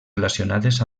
relacionades